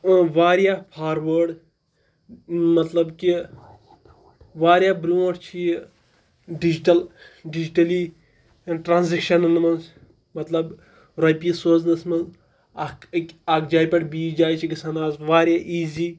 واریاہ فاروٲڈ مطلب کہِ واریاہ برٛونٛٹھ چھِ یہِ ڈِجِٹَل ڈِجٹٔلی ٹرٛانزٮ۪کشَنَن منٛز مطلب رۄپیہِ سوزنَس منٛز اَکھ ٲکۍ اَکھ جایہِ پؠٹھ بیٚیہِ جایہِ چھِ گَژھان آز واریاہ ایٖزی